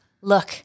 look